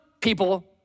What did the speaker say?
people